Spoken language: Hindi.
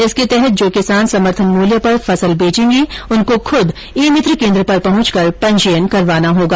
इसके तहत जो किसान समर्थन मूल्य पर फसल बेचेंगे उनको खुद ईमित्र केंद्र पर पहुंचकर पंजीयन करवाना होगा